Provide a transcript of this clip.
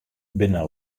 binne